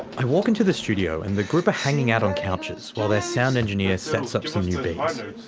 i walk into the studio and the group are hanging out on couches while their sound engineer sets up some new beats.